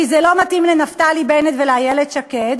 כי זה לא מתאים לנפתלי בנט ולאיילת שקד,